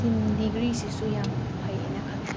ꯊꯤꯝ ꯗꯤꯒ꯭ꯔꯤꯁꯤꯁꯨ ꯌꯥꯝ ꯐꯩꯌꯦꯅ ꯈꯜꯂꯦ